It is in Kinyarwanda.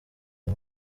ari